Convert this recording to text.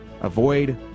Avoid